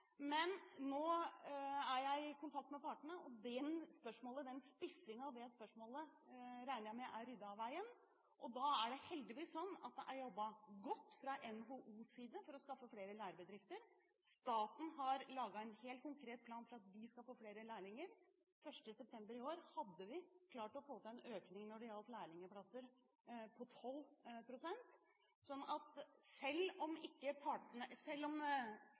Men nå er jeg i kontakt med partene, og jeg regner med at spissingen av det spørsmålet er ryddet av veien. Heldigvis er det jobbet godt fra NHOs side for å skaffe flere lærlingbedrifter, og staten har lagd en helt konkret plan for at vi skal få flere lærlinger. 1. september i år hadde vi klart å få til en økning på 12 pst. når det gjelder lærlingplasser, så selv om partene har protestert på